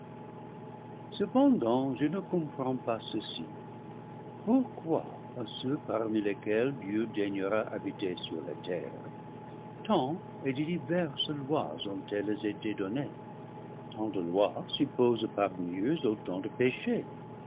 cependant je ne comprends pas ceci pourquoi à ceux parmi lesquels dieu daignera habiter sur la terre tant et de diverses lois ont-elles été données tant de lois supposent parmi eux autant de péchés